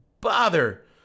bother